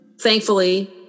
thankfully